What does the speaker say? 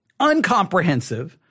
uncomprehensive